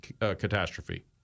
catastrophe